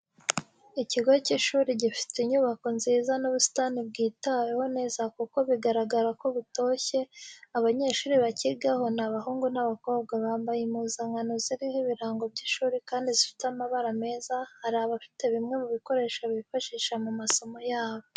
Ikigo cy'ishuri gifite inyubako nziza n'ubusitani bwitaweho neza kuko bigaragara ko butoshye, abanyeshuri bacyigaho ni abahungu n'abakobwa bambaye impuzankano ziriho ibirango by'ishuri kandi zifite amabara meza, hari abafite bimwe mu bikoresho bifashisha mu masomo yabo.